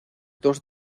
dos